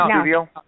studio